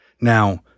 Now